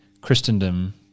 Christendom